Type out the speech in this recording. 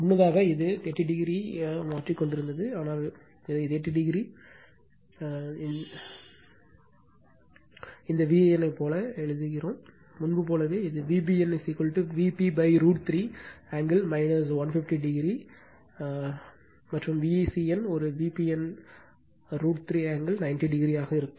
முன்னதாக இது 30o ஐ மாற்றிக் கொண்டிருந்தது ஆனால் இதை 30o இந்த Van போல எழுதியது முன்பு போலவே இது Vbn Vp √ 3 angle 150o 50o மற்றும் Vcn ஒரு Vpn √ 3 ஆங்கிள் 90o ஆக இருக்கும்